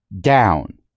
down